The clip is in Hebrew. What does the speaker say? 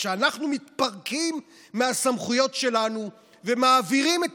כשאנחנו מתפרקים מהסמכויות שלנו ומעבירים את